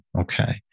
Okay